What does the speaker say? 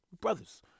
Brothers